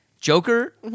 Joker